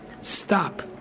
stop